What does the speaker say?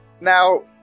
Now